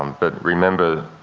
um but remember,